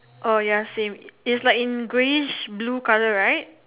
oh ya same it's like in greyish blue colour right